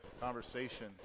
conversation